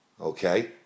Okay